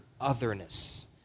otherness